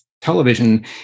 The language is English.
television